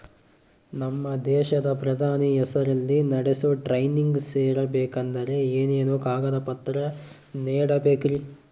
ನಮ್ಮ ದೇಶದ ಪ್ರಧಾನಿ ಹೆಸರಲ್ಲಿ ನಡೆಸೋ ಟ್ರೈನಿಂಗ್ ಸೇರಬೇಕಂದರೆ ಏನೇನು ಕಾಗದ ಪತ್ರ ನೇಡಬೇಕ್ರಿ?